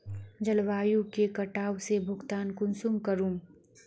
जलवायु के कटाव से भुगतान कुंसम करूम?